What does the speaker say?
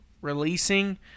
releasing